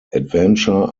adventure